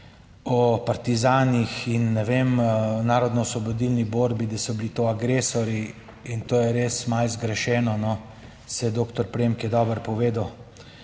o partizanih in, ne vem, narodnoosvobodilni borbi, da so bili to agresorji, to je res malo zgrešeno, saj doktor Premk je dobro povedal.